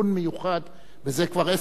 וזה כבר עשר שנים שאני טוען זאת.